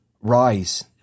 Rise